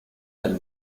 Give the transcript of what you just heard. del